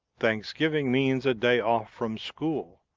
thanksgiving means a day off from school.